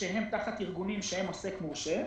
תחת ארגונים שהם עוסק מורשה,